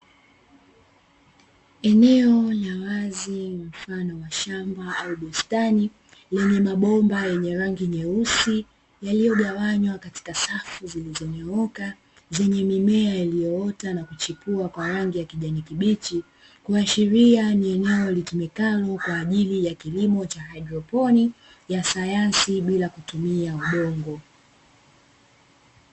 Eneo la wazi mfano wa shamba au bustani lenye mabomba yenye rangi nyeusi, yaliyogawanywa katika rafu zilizonyooka zenye mimea iliyoita na kuchipua kwa rangi ya kijani kibichi kuashiria ni eneo litumikalo kwa ajili ya kilimo cha haidroponi ya sayansi bila kutumia udongo.